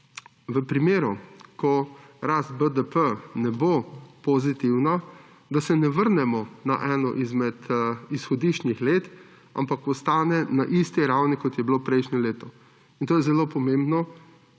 v primeru, ko rast BDP-ja ne bo pozitivna, da se ne vrnemo na eno izmed izhodiščnih let, ampak se ostane na isti ravni, kot je bilo prejšnje leto. To je zelo pomembno,